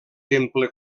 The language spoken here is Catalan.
temple